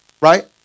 Right